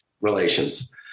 relations